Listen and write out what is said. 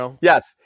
yes